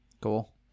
cool